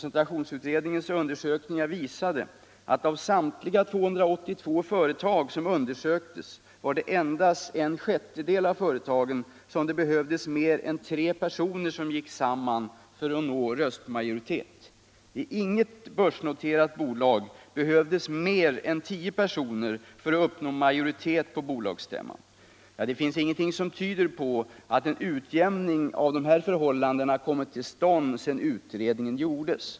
Endast i en sjättedel av samtliga 282 företag som undersöktes av koncentrationsutredningen behövdes det all mer än tre personer gick samman för att få röstmajoritet. I inget börsnoterat bolag behövdes mer än tio personer för alt uppnå majoritet på bolagsstämman. Det finns ingenting som tyder på att en utjämning av dessa förhållanden kommit till stånd sedan utredningen gjordes.